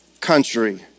country